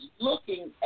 looking